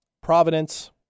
providence